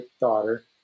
daughter